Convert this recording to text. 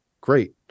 great